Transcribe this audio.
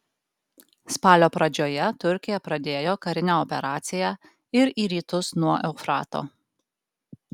spalio pradžioje turkija pradėjo karinę operaciją ir į rytus nuo eufrato